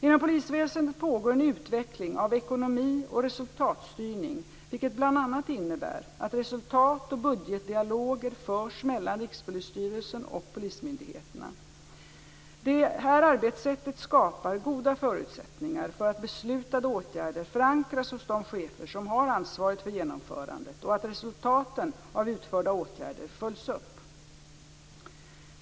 Inom polisväsendet pågår en utveckling av ekonomi och resultatstyrning, vilket bl.a. innebär att resultat och budgetdialoger förs mellan Rikspolisstyrelsen och polismyndigheterna. Detta arbetssätt skapar goda förutsättningar för att beslutade åtgärder förankras hos de chefer som har ansvaret för genomförandet och att resultaten av utförda åtgärder följs upp.